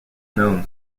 known